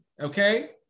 okay